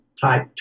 type